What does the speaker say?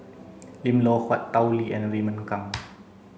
Lim Loh Huat Tao Li and Raymond Kang